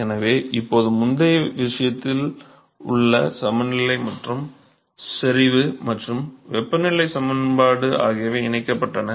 எனவே இப்போது முந்தைய விஷயத்தில் உந்த சமநிலை மற்றும் செறிவு மற்றும் வெப்பநிலை சமன்பாடு ஆகியவை இணைக்கப்பட்டன